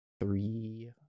three